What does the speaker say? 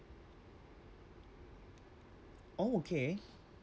oh okay